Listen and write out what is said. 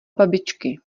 babičky